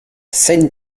scène